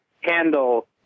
handle